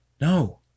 no